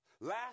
Last